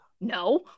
No